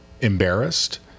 embarrassed